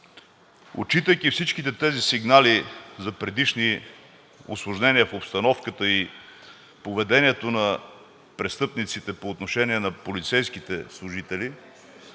Отчитайки всичките тези сигнали за предишни усложнения в обстановката и поведението на престъпниците по отношение на полицейските служители,